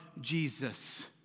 Jesus